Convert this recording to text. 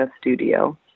Studio